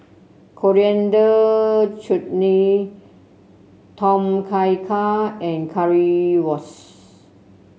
Coriander Chutney Tom Kha Gai and Currywurst